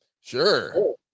Sure